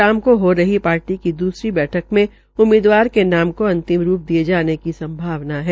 शाम को हो रही ार्टी की इसकी बैठक मे उम्मीदवार के नाम को अंतिम रू दिये जाने की संभावना है